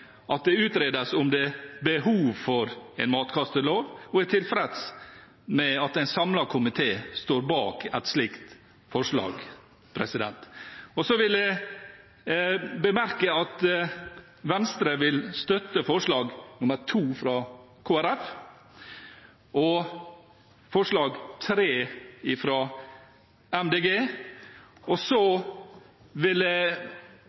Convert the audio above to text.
at det utredes om det er behov for en matkastelov, og er tilfreds med at en samlet komité står bak et slikt forslag. Jeg vil bemerke at Venstre vil støtte forslag nr. 2, fra Kristelig Folkeparti, og forslag nr. 3, fra Miljøpartiet De Grønne. Så vil jeg,